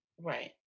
Right